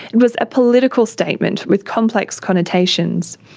and was a political statement with complex connotations.